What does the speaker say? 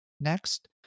Next